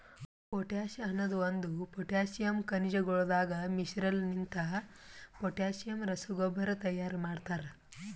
potash ಅನದ್ ಒಂದು potassium ಖನಿಜಗೊಳದಾಗ್ ಮಿಶ್ರಣಲಿಂತ ಪೊಟ್ಯಾಸಿಯಮ್ ರಸಗೊಬ್ಬರ ತೈಯಾರ್ ಮಾಡ್ತರ